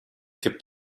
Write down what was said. gibt